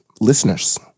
listeners